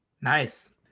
Nice